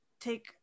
take